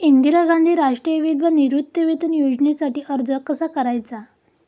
इंदिरा गांधी राष्ट्रीय विधवा निवृत्तीवेतन योजनेसाठी अर्ज कसा करायचा?